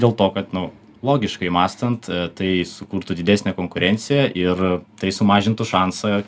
dėl to kad nu logiškai mąstant tai sukurtų didesnę konkurenciją ir tai sumažintų šansą